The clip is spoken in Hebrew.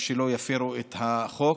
ולא יפרו את החוק.